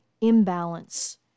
imbalance